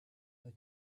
they